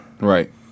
Right